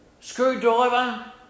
screwdriver